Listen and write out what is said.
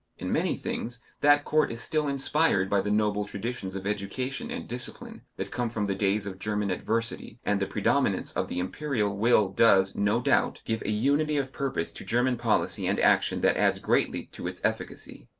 in many things that court is still inspired by the noble traditions of education and discipline that come from the days of german adversity, and the predominance of the imperial will does, no doubt, give a unity of purpose to german policy and action that adds greatly to its efficacy.